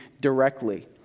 directly